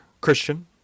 christian